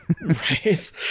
right